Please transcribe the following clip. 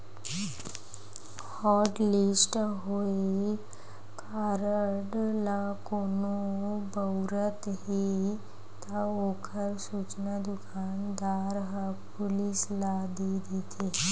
hotlist होए card ल कोनो बउरत हे त ओखर सूचना दुकानदार ह पुलिस ल दे देथे